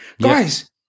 Guys